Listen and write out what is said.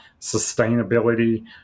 sustainability